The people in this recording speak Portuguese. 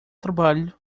trabalho